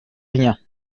rien